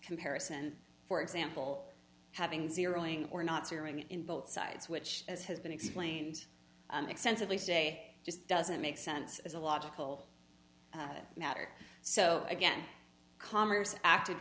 comparison for example having zeroing or not zeroing in both sides which as has been explained extensively today just doesn't make sense as a logical matter so again commerce acted